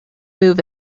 move